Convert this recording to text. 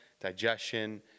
digestion